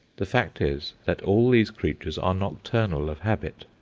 the fact is, that all these creatures are nocturnal of habit.